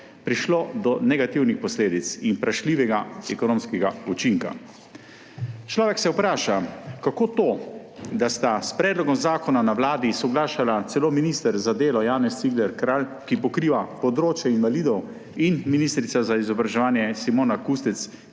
prišlo do negativnih posledic in vprašljivega ekonomskega učinka. Človek se vpraša, kako to, da sta s predlogom zakona na Vladi soglašala celo minister za delo Janez Cigler Kralj, ki pokriva področje invalidov, in ministrica za izobraževanje Simona Kustec,